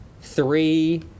three